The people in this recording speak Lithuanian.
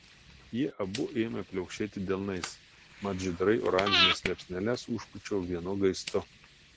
jie abu ėmė pliaukšėti delnais mat žydrai oranžines liepsneles užpūčiau vienu gaistu